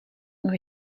ont